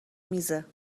میزه